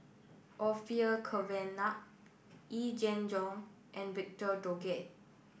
Orfeur Cavenagh Yee Jenn Jong and Victor Doggett